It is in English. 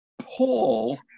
Paul